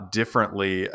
differently